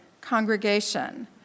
congregation